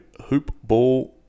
Hoopball